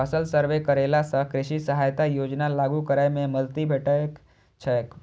फसल सर्वे करेला सं कृषि सहायता योजना लागू करै मे मदति भेटैत छैक